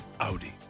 Audi